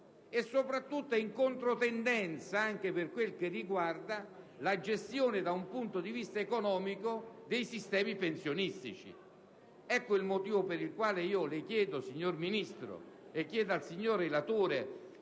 decisione è in controtendenza anche per quel che riguarda la gestione da un punto di vista economico dei sistemi pensionistici. Ecco il motivo per il quale chiedo al signor Ministro e al signor relatore